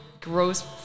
gross